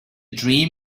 dream